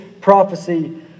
prophecy